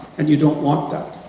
and you don't want that.